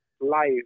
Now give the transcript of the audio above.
life